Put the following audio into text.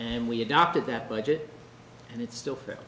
and we adopted that budget and it's still